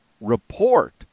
report